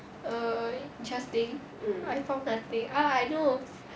err interesting I found nothing ah I know